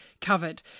covered